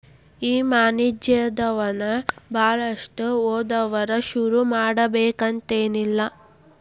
ಈ ವಾಣಿಜ್ಯೊದಮನ ಭಾಳಷ್ಟ್ ಓದ್ದವ್ರ ಶುರುಮಾಡ್ಬೆಕಂತೆನಿಲ್ಲಾ